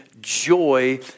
joy